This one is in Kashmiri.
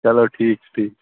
چَلو ٹھیٖک چھُ ٹھیٖک چھُ